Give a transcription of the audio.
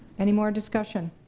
anymore discussion?